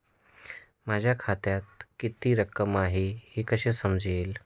माझ्या खात्यात किती रक्कम आहे हे कसे समजेल?